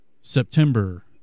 September